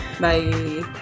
Bye